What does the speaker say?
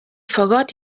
forgot